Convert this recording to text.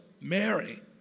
Mary